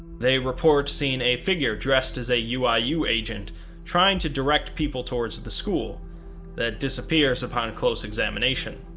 they report seeing a figure dressed as a uiu ah uiu agent trying to direct people towards the school that disappeared upon close examination.